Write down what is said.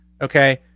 okay